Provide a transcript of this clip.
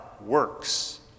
works